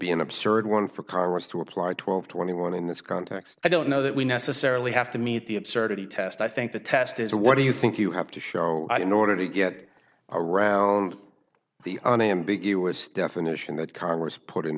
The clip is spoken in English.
be an absurd one for congress to apply twelve twenty one in this context i don't know that we necessarily have to meet the absurdity test i think the test is what do you think you have to show in order to get around the unambiguous definition that congress put in